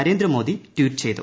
Narendra Modi tweet ചെയ്തു